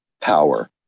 power